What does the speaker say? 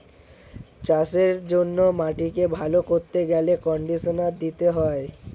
চাষের জন্য মাটিকে ভালো করতে গেলে কন্ডিশনার দিতে হয়